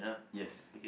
yes